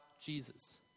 Jesus